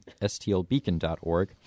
stlbeacon.org